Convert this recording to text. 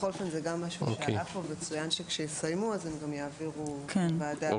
זה גם משהו שעלה פה וצוין שכאשר הם יסיימו הם גם יעבירו לוועדה.